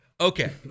Okay